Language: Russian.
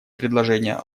предложение